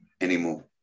anymore